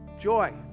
joy